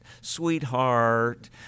sweetheart